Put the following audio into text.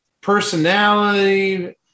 personality